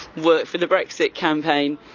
worked for the brexit campaign.